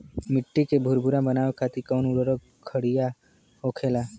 मिट्टी के भूरभूरा बनावे खातिर कवन उर्वरक भड़िया होखेला?